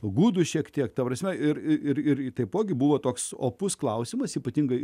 gudų šiek tiek ta prasme ir ir taipogi buvo toks opus klausimas ypatingai